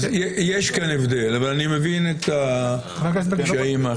אז יש כאן הבדל, אבל אני מבין את הקשיים האחרים.